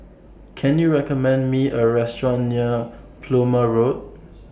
Can YOU recommend Me A Restaurant near Plumer Road